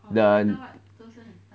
the